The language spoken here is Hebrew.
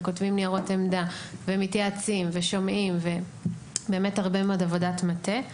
וכותבים ניירות עמדה ומתייעצים ושומעים הרבה מאוד עבודת מטה.